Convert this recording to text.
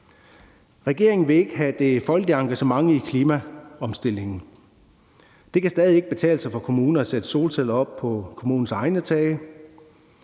Regeringen vil ikke have det folkelige engagement i klimaomstillingen. Det kan stadig ikke betale sig for kommuner at sætte solceller op på kommunens egne tage.